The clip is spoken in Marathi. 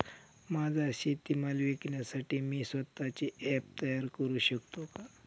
माझा शेतीमाल विकण्यासाठी मी स्वत:चे ॲप तयार करु शकतो का?